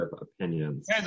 opinions